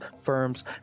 firms